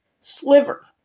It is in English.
Sliver